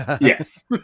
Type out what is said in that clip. Yes